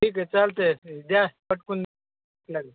ठीक आहे चालते द्या पटकून लागले